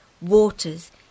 waters